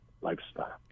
lifestyle